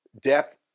depth